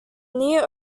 near